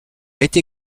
été